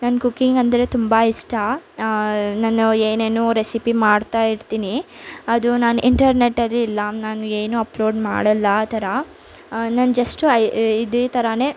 ನನ್ಗೆ ಕುಕ್ಕಿಂಗ್ ಅಂದರೆ ತುಂಬ ಇಷ್ಟ ನಾನು ಏನೇನೋ ರೆಸಿಪಿ ಮಾಡ್ತಾಯಿರ್ತೀನಿ ಅದು ನಾನು ಇಂಟರ್ನೆಟಲ್ಲಿ ಇಲ್ಲ ನಾನು ಏನೂ ಅಪ್ಲೋಡ್ ಮಾಡಲ್ಲ ಆ ಥರ ನಾನು ಜಸ್ಟ್ ಐ ಇದೇ ಥರನೇ